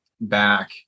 back